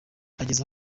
ageze